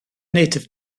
native